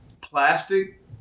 Plastic